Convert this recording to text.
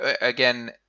again